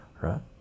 right